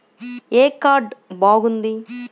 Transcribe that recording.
ఏ card బాగుంది?